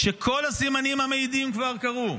כשכל הסימנים המעידים כבר קרו,